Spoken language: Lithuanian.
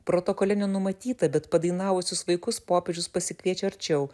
protokole nenumatyta bet padainavusius vaikus popiežius pasikviečia arčiau